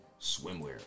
swimwear